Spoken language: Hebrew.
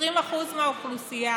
20% מהאוכלוסייה,